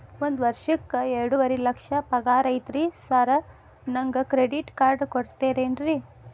ಒಂದ್ ವರ್ಷಕ್ಕ ಎರಡುವರಿ ಲಕ್ಷ ಪಗಾರ ಐತ್ರಿ ಸಾರ್ ನನ್ಗ ಕ್ರೆಡಿಟ್ ಕಾರ್ಡ್ ಕೊಡ್ತೇರೆನ್ರಿ?